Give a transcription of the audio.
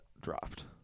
dropped